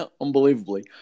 Unbelievably